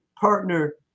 partner